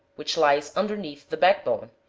which lies underneath the back-bone,